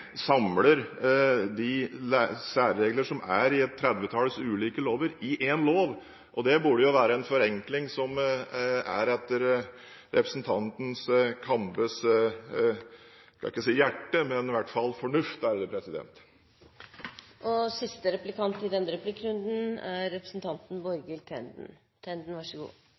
samler de særregler som er i et trettitalls ulike lover, i én lov, og det burde jo være en forenkling som er etter representanten Kambes – jeg skal ikke si hjerte, men i hvert fall – fornuft. Jeg har et veldig kort spørsmål til statsråden. Mener finansministeren at forslaget til SI-lov styrker eller svekker rettssikkerheten til skyldner? Det er